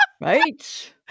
Right